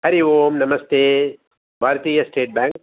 हरिः ओं नमस्ते भारतीय स्टेट् बेङ्क्